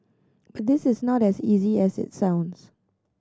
but this is not as easy as it sounds